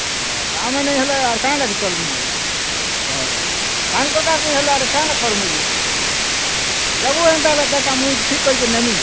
ହଏ ଆମେ ନେଇହେଲେ ଆର୍ କାଁ କରି ଚଲ୍ବୁ ଆଉଁ ହଏ ଧାନ୍ କଟା ନାଇଁ ହେଲେ ଆର କାଁଣା କରିବୁଁ ଗୋ ଦେବୁଁ ଏନ୍ତା ହେଲେ ମୁଇଁ ଠିକ୍ କରି କରିନେବି